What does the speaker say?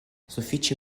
sufiĉe